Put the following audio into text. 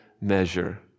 measure